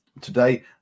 Today